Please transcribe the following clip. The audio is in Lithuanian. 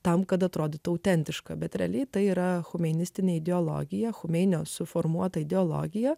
tam kad atrodytų autentiška bet realiai tai yra humanistinė ideologija chomeinio suformuota ideologija